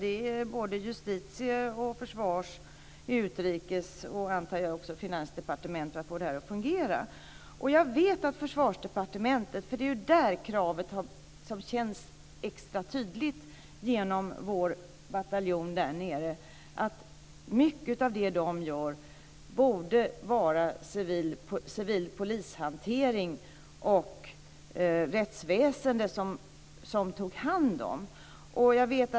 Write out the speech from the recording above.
Det är Justitiedepartementet, Försvarsdepartementet, Utrikesdepartementet och även Finansdepartementet, antar jag, som är inblandade för att få detta att fungera. Kravet känns extra tydligt när det gäller Försvarsdepartementet genom vår bataljon där nere. Mycket av det man borde göra handlar om att ta hand om civil polishantering och rättsväsendet.